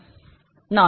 நான் I1CV2 DI2